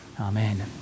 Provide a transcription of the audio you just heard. Amen